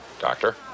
Doctor